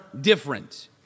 different